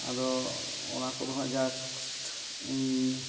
ᱟᱫᱚ ᱚᱱᱟ ᱠᱚᱫᱚ ᱦᱟᱸᱜ ᱡᱟᱠ ᱤᱧ